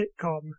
sitcom